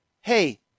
Hey